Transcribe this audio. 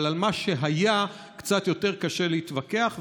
אבל על מה שהיה קצת יותר קשה להתווכח.